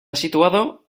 situado